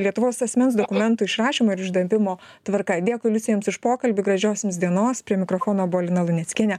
lietuvos asmens dokumentų išrašymo ir išdavimo tvarka dėkui liucija jums už pokalbį gražios jums dienos prie mikrofono buvo lina luneckienė